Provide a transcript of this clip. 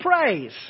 praise